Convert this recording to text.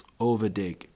Overdig